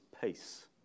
peace